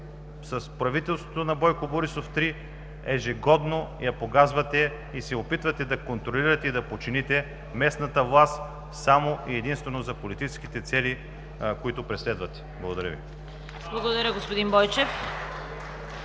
с правителството на Бойко Борисов 3 ежегодно го погазвате и се опитвате да контролирате и подчините местната власт само и единствено за политическите цели, които преследвате. Благодаря Ви. (Единични